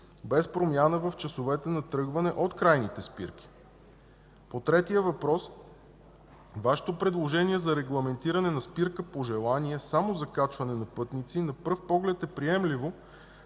без промяна на часовете на тръгване от крайните спирки. По третия въпрос – Вашето предложение за регламентиране на спирка по желание само за качване на пътници на пръв поглед е приемливо,